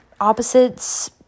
opposites